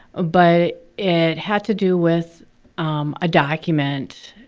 ah but it had to do with um a document